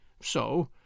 So